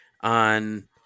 on